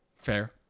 Fair